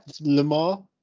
lamar